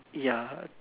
ya